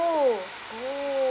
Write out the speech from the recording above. oh